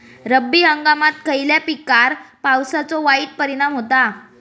रब्बी हंगामात खयल्या पिकार पावसाचो वाईट परिणाम होता?